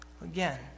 Again